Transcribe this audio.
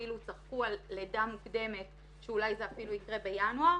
אפילו דיברו על לידה מוקדמת ואולי זה אפילו יקרה בינואר.